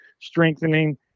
strengthening